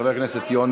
חבר הכנסת יונה.